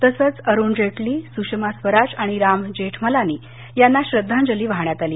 तसंच अरुण जेटली सुषमा स्वराज आणि राम जेठमलानी यांना श्रद्धांजली वाहण्यात आली